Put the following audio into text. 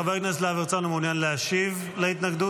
חבר הכנסת להב הרצנו מעוניין להשיב להתנגדות?